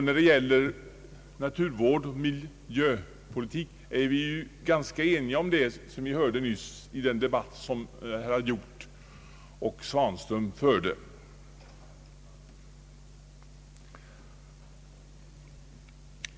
När det gäller naturvård och miljöpolitik är vi ganska eniga om det, såsom vi nyss hörde i den debatt som herrar Hjorth och Svanström förde.